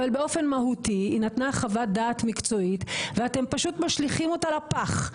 אבל באופן מהותי היא נתנה חוות דעת מקצועית ואתם פשוט משליכים אותה לפח.